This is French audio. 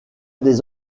des